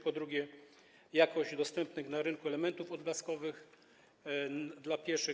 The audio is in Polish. Po drugie, jakość dostępnych na rynku elementów odblaskowych dla pieszych.